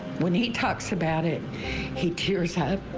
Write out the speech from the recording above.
when he talks about it he tears up,